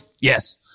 Yes